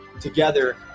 together